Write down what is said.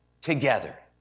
together